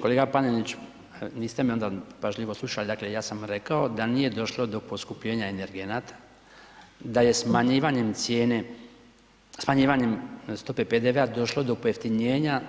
Kolega Panenić, niste me onda pažljivo slušali, dakle, ja sam rekao da nije došlo do poskupljenja energenata, da je smanjivanjem stope PDV-a došlo do pojeftinjenja